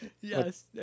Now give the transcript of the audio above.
yes